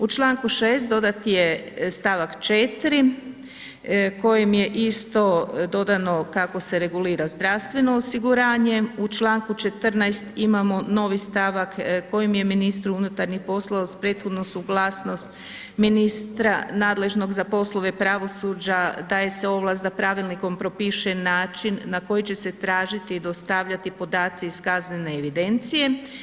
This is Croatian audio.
U članku 6. dodan je stavak 4. kojim je isto dodano kako se regulira zdravstveno osiguranje, u članku 14. imamo novi stavak kojim je ministru unutarnjih poslova uz prethodnu suglasnost ministra nadležnog za poslove pravosuđa daje se ovlast da pravilnikom propiše način na koji će se tražiti i dostavljati podaci iz kaznene evidencije.